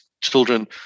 children